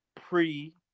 pre